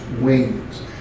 wings